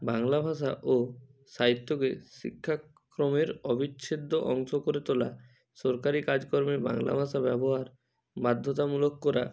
বাংলা ভাষা ও সাহিত্যকে শিক্ষাক্রমের অবিচ্ছেদ্য অংশ করে তোলা সরকারি কাজকর্মে বাংলা ভাষা ব্যবহার বাধ্যতামূলক করা